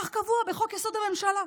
כך קבוע בחוק-יסוד: הממשלה.